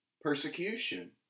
persecution